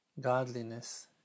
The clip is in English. godliness